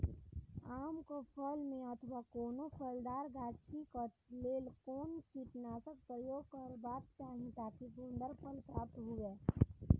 आम क फल में अथवा कोनो फलदार गाछि क लेल कोन कीटनाशक प्रयोग करबाक चाही ताकि सुन्दर फल प्राप्त हुऐ?